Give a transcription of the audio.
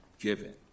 given